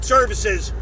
Services